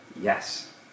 yes